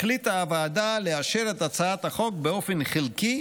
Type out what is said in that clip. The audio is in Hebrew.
החליטה הוועדה לאשר את הצעת החוק באופן חלקי,